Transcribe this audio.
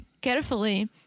carefully